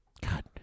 God